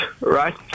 right